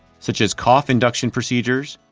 such as cough induction procedures,